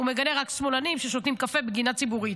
הוא מגנה רק שמאלנים ששותים קפה בגינה ציבורית.